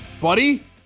Buddy